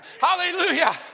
Hallelujah